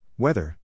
Weather